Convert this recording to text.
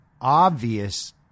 obvious